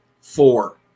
four